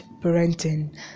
parenting